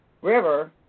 River